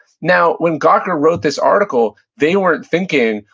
now, when gawker wrote this article, they weren't thinking,